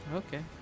okay